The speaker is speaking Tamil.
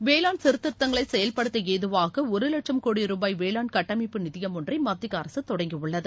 வேளாண் சீர்திருத்தங்களை செயல்படுத்த ஏதுவாக ஒரு லட்சம் கோடி ருபாய் வேளாண் கட்டமைப்பு நிதியம் ஒன்றை மத்திய அரசு தொடங்கியுள்ளது